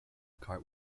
cart